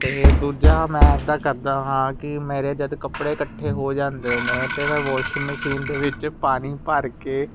ਅਤੇ ਦੂਜਾ ਮੈਂ ਇੱਦਾਂ ਕਰਦਾ ਹਾਂ ਕਿ ਮੇਰੇ ਜਦ ਕੱਪੜੇ ਇਕੱਠੇ ਹੋ ਜਾਂਦੇ ਨੇ ਅਤੇ ਮੈਂ ਵਾਸ਼ਿੰਗ ਮਸ਼ੀਨ ਦੇ ਵਿੱਚ ਪਾਣੀ ਭਰ ਕੇ